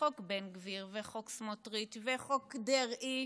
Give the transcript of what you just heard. בחוק בן גביר וחוק סמוטריץ' וחוק דרעי,